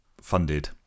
funded